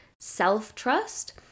self-trust